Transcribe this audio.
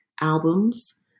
albums